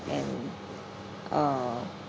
and uh